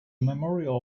memorial